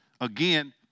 Again